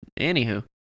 anywho